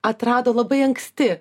atrado labai anksti